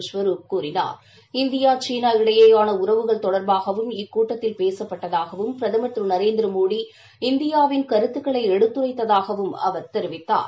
ஸ்வரூப் கூறினார் இந்தியாசீனா இடையிலானஉறவுகள் தொடர்பாகவும் இக்கூட்டத்தில் பேசுப்பட்டதாகவும் பிரதமர் திரு நரேந்திரமோடி இந்தியாவின் கருத்துக்களைஎடுத்துரைத்ததாகவும் அவர் கூறினார்